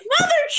Mother